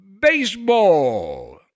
baseball